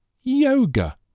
yoga